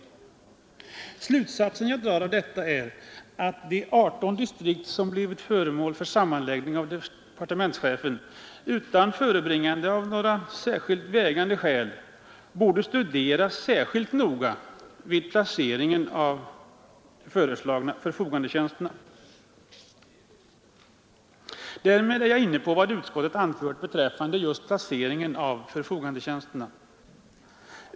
Den slutsats jag drar av detta är att de 18 distrikt som sammanlagts av departementschefen utan förebringande av vägande skäl borde studeras särskilt noga vid placeringen av de föreslagna förfogandetjänsterna. Därmed är jag inne på vad utskottet anför beträffande just placeringen av förfogandetjänsterna.